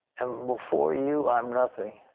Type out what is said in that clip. and before you i'm nothing.